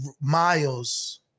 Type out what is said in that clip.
miles